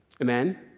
Amen